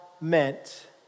meant